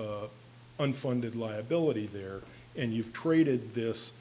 no unfunded liability there and you've traded this